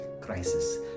crisis